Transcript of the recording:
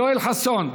יואל חסון.